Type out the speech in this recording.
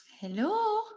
Hello